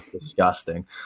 disgusting